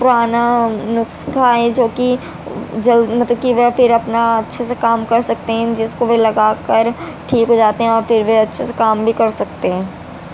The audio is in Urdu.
پرانا نسخہ ہے جو کہ جلد مطلب کہ وہ پھر اپنا اچھے سے کام کر سکتے ہیں جس کو وہ لگا کر ٹھیک ہو جاتے ہیں اور پھر وہ اچھے سے کام بھی کر سکتے ہیں